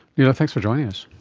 neela, thanks for joining us.